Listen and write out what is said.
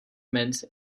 mint